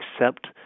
accept